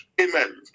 Amen